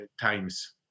times